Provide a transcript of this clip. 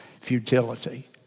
futility